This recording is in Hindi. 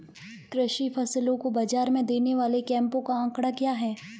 कृषि फसलों को बाज़ार में देने वाले कैंपों का आंकड़ा क्या है?